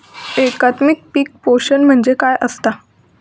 एकात्मिक पीक पोषण म्हणजे काय असतां?